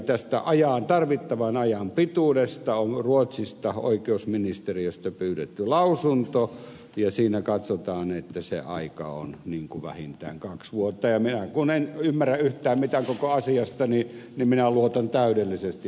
tästä tarvittavan ajan pituudesta on ruotsin oikeusministeriöstä pyydetty lausunto ja siinä katsotaan että se aika on vähintään kaksi vuotta ja minä kun en ymmärrä yhtään mitään koko asiasta niin minä luotan täydellisesti oikeusministeriöön